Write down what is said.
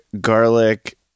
garlic